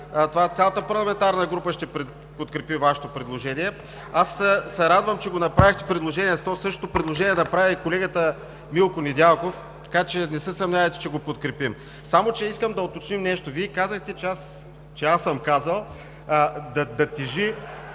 цялата парламентарна група ще подкрепи Вашето предложение. Аз се радвам, че направихте предложението. Същото предложение направи и колегата Милко Недялков, така че не се съмнявайте, че ще го подкрепим. Само че искам да уточним нещо. Вие казахте, че аз съм казал да тежи